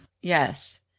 Yes